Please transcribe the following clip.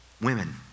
Women